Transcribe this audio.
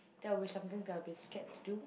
that will be something that I'll be scared to do